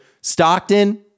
Stockton